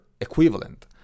equivalent